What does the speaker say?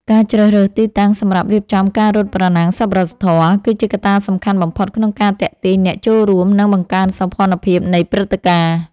ការជ្រើសរើសទីតាំងសម្រាប់រៀបចំការរត់ប្រណាំងសប្បុរសធម៌ គឺជាកត្តាសំខាន់បំផុតក្នុងការទាក់ទាញអ្នកចូលរួម និងបង្កើនសោភ័ណភាពនៃព្រឹត្តិការណ៍។